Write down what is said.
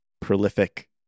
prolific